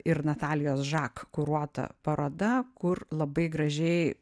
ir natalijos žak kuruota paroda kur labai gražiai